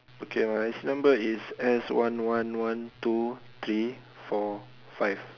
okay my I_C number is S one one one two three four five